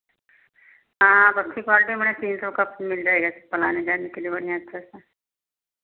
हाँ अब अच्छी क्वालिटी मने तीन सौ का मिल जाएगा चप्पल आने जाने के लिए बढ़ियाँ अच्छा सा